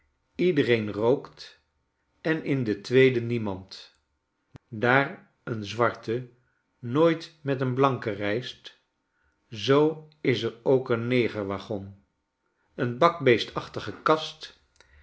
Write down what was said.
iedereen rookt en in den tweeden niemand daar een zwarte nooit met een blanke reist zoo is erookeenneger waggon een bakbeestachtige kast